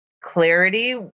clarity